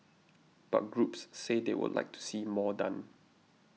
but groups say they would like to see more done